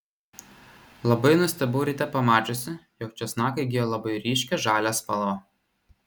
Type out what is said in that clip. labai nustebau ryte pamačiusi jog česnakai įgijo labai ryškią žalią spalvą